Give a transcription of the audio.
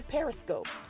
Periscope